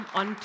on